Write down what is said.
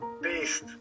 Beast